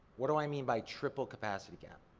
what do i mean by triple-capacity gap?